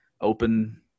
open